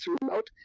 throughout